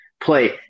play